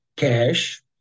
cash